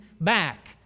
back